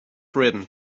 written